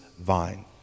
vine